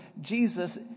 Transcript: Jesus